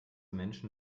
menschen